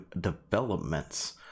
developments